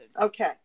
Okay